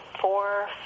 four